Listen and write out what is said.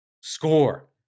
score